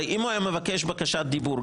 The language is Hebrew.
הרי אם הוא היה מבקש בקשת דיבור,